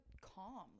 calm